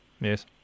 yes